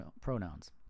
pronouns